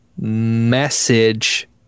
message